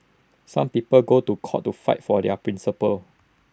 some people go to court to fight for their principles